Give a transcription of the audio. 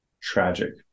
tragic